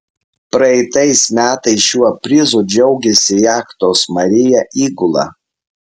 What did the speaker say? praeitais metais šiuo prizu džiaugėsi jachtos maria įgula